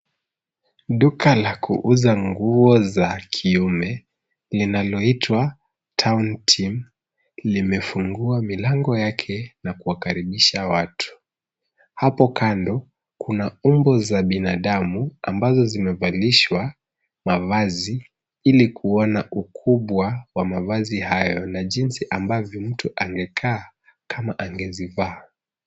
Duka la kuuza nguo za kiume inaloitwa Town Team limefungua milango yake na kuwakaribisha watu. Hapo kando kuna umbo za binadamu ambazo zimevalishwa mavazi ili kuona ukubwa wa mavazi hayo na jinsi ambavyo mtu angekaa kama angezivaa.